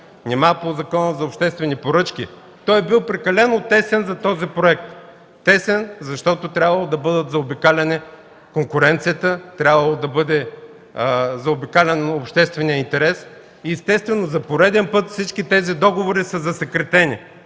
Нима по Закона за обществени поръчки? Той е бил прекалено тесен за този проект. Тесен, защото е трябвало да бъдат заобикаляне конкуренцията, трябвало да бъде заобикалян общественият интерес. Естествено за пореден път всички тези договори са засекретени.